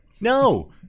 No